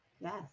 Yes